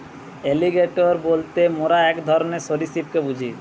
alligator বলতে মোরা এক ধরণকার সরীসৃপকে বুঝি